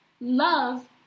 Love